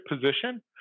position